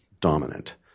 dominant